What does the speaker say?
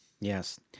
Yes